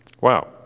Wow